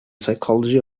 psychology